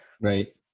right